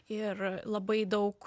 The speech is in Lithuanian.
ir labai daug